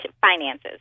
finances